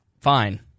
fine